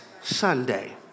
Sunday